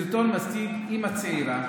הסרטון מציג אימא צעירה